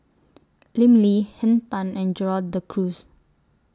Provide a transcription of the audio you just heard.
Lim Lee Henn Tan and Gerald De Cruz